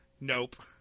Nope